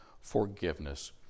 forgiveness